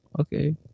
Okay